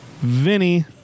Vinny